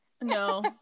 No